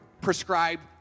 prescribed